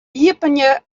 iepenje